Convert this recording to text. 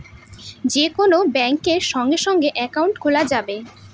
যে কোন ব্যাঙ্কে সঙ্গে সঙ্গে একাউন্ট খোলা যাবে